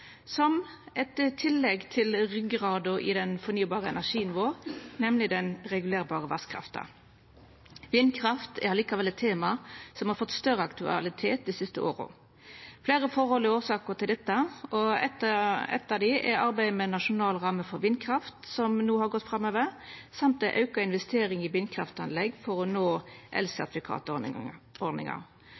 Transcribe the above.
som eit tillegg til ryggrada i den fornybare energien vår, nemleg den regulerbare vasskrafta. Vindkraft er likevel eit tema som har fått større aktualitet dei siste åra. Fleire forhold er årsak til dette, og eit av dei er arbeidet med nasjonal ramme for vindkraft, som no har gått framover, og i tillegg ei auka investering i vindkraftanlegg for å nå